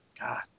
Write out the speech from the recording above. God